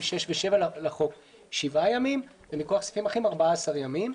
6 ו-7 לחוק 7 ימים ומכוח סעיפים אחרים 14 ימים.